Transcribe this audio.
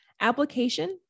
Application